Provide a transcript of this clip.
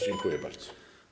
Dziękuję bardzo.